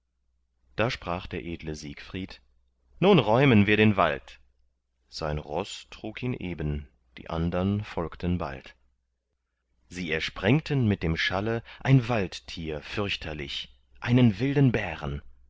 da sprach der edle siegfried nun räumen wir den wald sein roß trug ihn eben die andern folgten bald sie ersprengten mit dem schalle ein waldtier fürchterlich einen wilden bären